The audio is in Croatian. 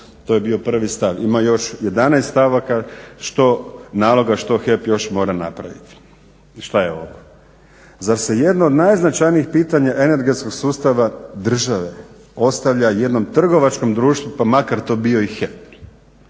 To je bio prvi stav. Ima još 11 stavaka, naloga što HEP još mora napraviti. I šta je ovo? Zar se jedno od najznačajnijih pitanja energetskog sustava države ostavlja jednom trgovačkom društvu pa makar to bio i HEP.